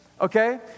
okay